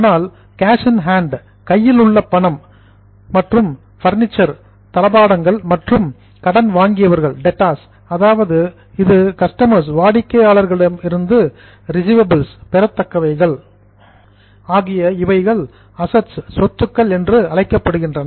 ஆனால் cash in hand கையில் உள்ள பணம் பர்னிச்சர் தளபாடங்கள் மற்றும் டெட்டார்ஸ் கடன் வாங்கியவர்கள் அதாவது இது கஸ்டமர்ஸ் வாடிக்கையாளர்களிடம் இருந்து ரிசிவபில்ஸ் பெறத்தக்கவைகள் ஆகிய இவைகள் அசட்ஸ் சொத்துக்கள் என்றழைக்கப்படுகிறது